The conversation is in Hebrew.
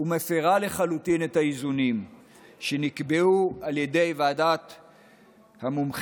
ומפירה לחלוטין את האיזונים שנקבעו על ידי ועדת המומחים.